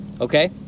okay